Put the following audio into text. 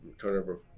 turnover